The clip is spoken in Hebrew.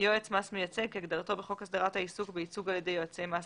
"יועץ מס מייצג" כהגדרתו בחוק הסדרת העיסוק בייצוג על ידי יועצי מס,